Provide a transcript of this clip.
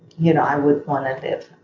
you know i would want to live.